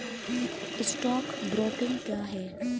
Stock broking क्या है?